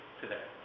today